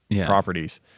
properties